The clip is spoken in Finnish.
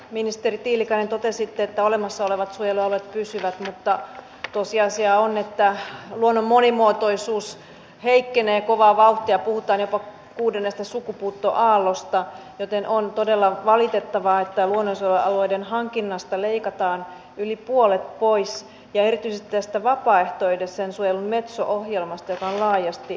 ministeri tiilikainen totesitte että olemassa olevat suojelualueet pysyvät mutta tosiasia on että luonnon monimuotoisuus heikkenee kovaa vauhtia puhutaan jopa kuudennesta sukupuuttoaallosta joten on todella valitettavaa että luonnonsuojelualueiden hankinnasta leikataan yli puolet pois ja erityisesti tästä vapaaehtoisen suojelun metso ohjelmasta joka on laajasti hyväksytty